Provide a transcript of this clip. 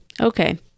Okay